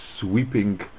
sweeping